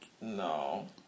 no